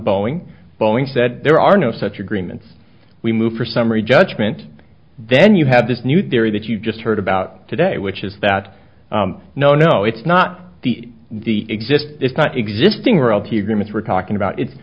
boeing boeing said there are no such agreements we moved for summary judgment then you have this new theory that you've just heard about today which is that no no it's not the the exist it's not existing royalty agreements we're talking about it